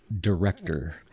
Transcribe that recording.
director